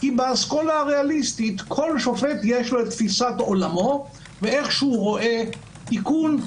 כי באסכולה הריאליסטית לכל שופט יש תפיסת עולמו ואיך שהוא רואה תיקון,